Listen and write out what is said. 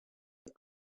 your